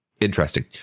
Interesting